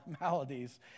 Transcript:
maladies